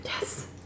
Yes